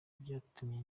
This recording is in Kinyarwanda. byatumye